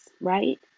Right